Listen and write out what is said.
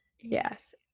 yes